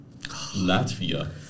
Latvia